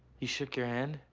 he shook your hand?